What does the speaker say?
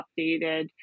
updated